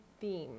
theme